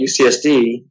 UCSD